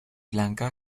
blanca